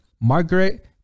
Margaret